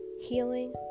Healing